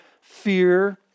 fear